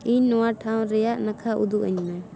ᱤᱧ ᱱᱚᱣᱟ ᱴᱷᱟᱶ ᱨᱮᱭᱟᱜ ᱱᱟᱠᱷᱟ ᱩᱫᱩᱜ ᱟᱹᱧ ᱢᱮ